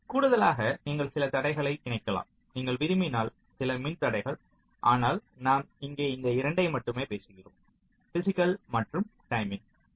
கூடுதலாக நீங்கள் சில கூடுதல் தடைககளை இணைக்கலாம் நீங்கள் விரும்பினால் சில மின் தடைகள் ஆனால் நாம் இங்கே இந்த 2 ஐ மட்டுமே பேசுகிறோம் பிஸிக்கல் மற்றும் டைமிங்